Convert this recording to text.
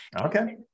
Okay